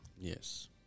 Yes